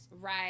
right